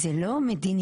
זה לא מדיניות,